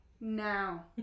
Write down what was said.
Now